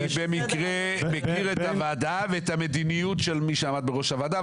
במקרה אני מכיר את הוועדה ואת המדיניות של מי שעמד בראש הוועדה,